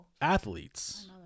athletes